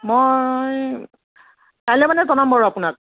মই কাইলৈ মানে জনাম বাৰু আপোনাক